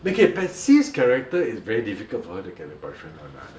okay Patsy character is very difficult for her to get a boyfriend [one] I tell you